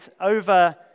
over